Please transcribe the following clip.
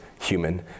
human